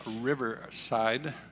Riverside